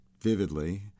vividly